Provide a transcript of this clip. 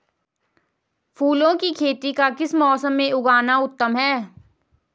फूलों की खेती का किस मौसम में उगना उत्तम है?